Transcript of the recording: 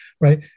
right